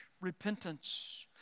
repentance